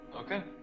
Okay